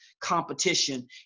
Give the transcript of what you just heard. competition